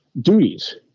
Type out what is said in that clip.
duties